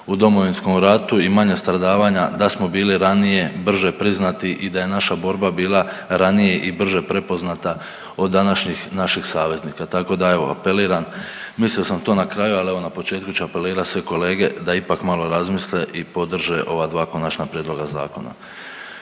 u Domovinskom ratu i manja stradavanja da smo bili ranije, brže priznati i da je naša borba bila ranije i brže prepoznata od današnjih naših saveznika. Tako da evo, apeliram, mislio sam to na kraju, ali evo na početku ću apelirati sve kolege da ipak malo razmisle i podrže ovaj dva konačna prijedloga zakona.